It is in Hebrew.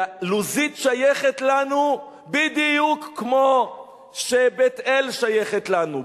לוזית שייכת לנו בדיוק כמו שבית-אל שייכת לנו,